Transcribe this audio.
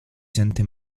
sente